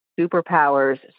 superpowers